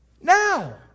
Now